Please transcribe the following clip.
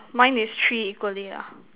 mine is three equally lah